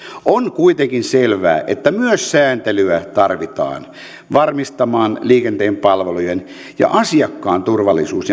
on kuitenkin selvää että sääntelyä ja myös kattavia vakuutuksia tarvitaan varmistamaan liikenteen palvelujen ja asiakkaan turvallisuus